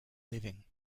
living